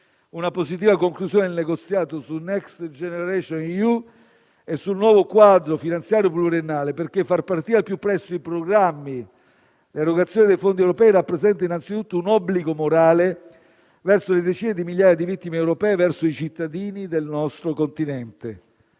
una positiva conclusione del negoziato su Next generation EU e sul nuovo quadro finanziario pluriennale, perché far partire al più presto i programmi e l'erogazione dei fondi europei rappresenta innanzitutto un obbligo morale verso le decine di migliaia di vittime europee e verso i cittadini del nostro continente.